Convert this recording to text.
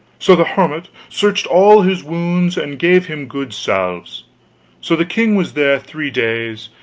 so the hermit searched all his wounds and gave him good salves so the king was there three days,